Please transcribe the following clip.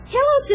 Hello